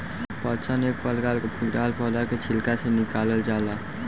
पटसन एक तरह के फूलदार पौधा के छिलका से निकालल जाला